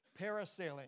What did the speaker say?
parasailing